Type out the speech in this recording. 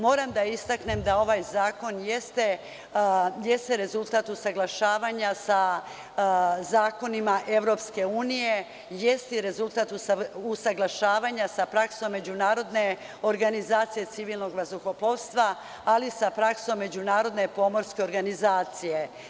Moram da istaknem da ovaj zakon jeste rezultat usaglašavanja sa zakonima EU, jeste i rezultat usaglašavanja sa praksom Međunarodne organizacije civilnog vazduhoplovstva, ali i sa praksom Međunarodne pomorske organizacije.